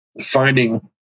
finding